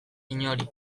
inori